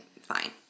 fine